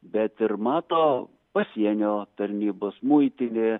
bet ir mato pasienio tarnybos muitinė